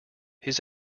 his